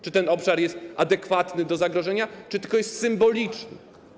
Czy ten obszar jest adekwatny do zagrożenia, czy tylko jest symboliczny?